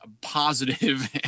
positive